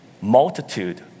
Multitude